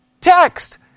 text